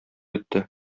итте